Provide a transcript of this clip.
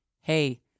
hey